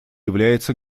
является